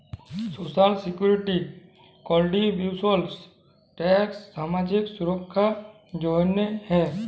social security contributions tax সামাজিক সুরক্ষার জ্যনহে হ্যয়